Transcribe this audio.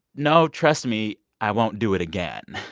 no, trust me. i won't do it again.